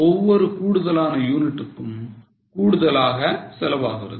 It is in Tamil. ஒவ்வொரு கூடுதலான யூனிட்டுக்கும் கூடுதலாக செலவாகிறது